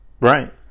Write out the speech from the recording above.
Right